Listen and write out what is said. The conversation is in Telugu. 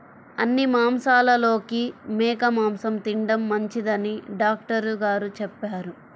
అన్ని మాంసాలలోకి మేక మాసం తిండం మంచిదని డాక్టర్ గారు చెప్పారు